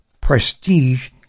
prestige